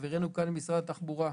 חברינו כאן ממשרד התחבורה,